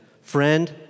friend